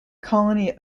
colony